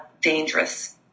dangerous